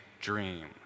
dream